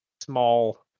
small